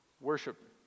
worship